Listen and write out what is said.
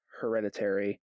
hereditary